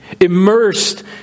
Immersed